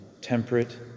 temperate